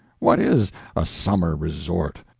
what is a summer resort?